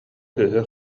кыыһы